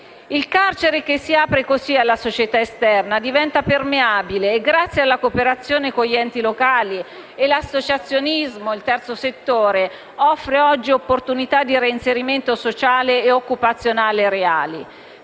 Il carcere che si apre alla società esterna diventa permeabile e, grazie alla cooperazione con gli enti locali, l'associazionismo e il terzo settore, offre oggi opportunità di reinserimento sociale e occupazionale reali.